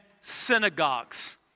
synagogues